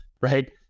right